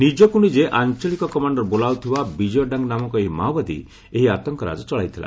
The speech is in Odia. ନିଜକୁ ନିଜେ ଆଞ୍ଚଳିକ କମାଶ୍ଡାର ବୋଲାଉଥିବା ବିଜୟ ଡାଙ୍ଗ ନାମକ ଏହି ମାଓବାଦୀ ଏକ ଆତଙ୍କରାଜ ଚଳାଇଥିଲା